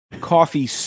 Coffee